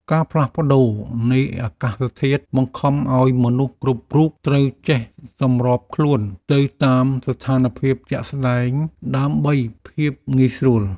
ការផ្លាស់ប្តូរនៃអាកាសធាតុបង្ខំឱ្យមនុស្សគ្រប់រូបត្រូវចេះសម្របខ្លួនទៅតាមស្ថានភាពជាក់ស្តែងដើម្បីភាពងាយស្រួល។